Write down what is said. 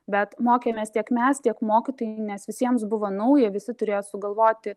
bet mokėmės tiek mes tiek mokytojai nes visiems buvo nauja visi turėjo sugalvoti